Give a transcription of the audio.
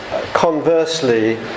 conversely